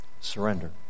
Surrender